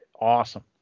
awesome